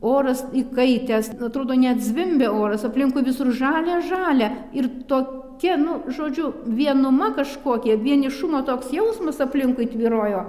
oras įkaitęs atrodo net zvimbia oras aplinkui visur žalia žalia ir tokia nu žodžiu vienuma kažkokia vienišumo toks jausmas aplinkui tvyrojo